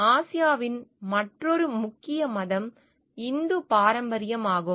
ஆசியாவின் மற்றுமொரு முக்கிய மதம் இந்து பாரம்பரியமாகும்